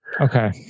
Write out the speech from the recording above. Okay